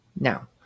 Now